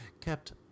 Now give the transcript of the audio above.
Kept